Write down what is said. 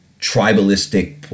tribalistic